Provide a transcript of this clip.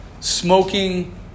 smoking